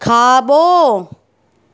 खाॿो